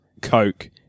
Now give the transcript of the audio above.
coke